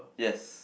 yes